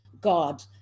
god